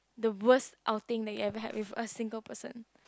the worse outing that you ever had with a single person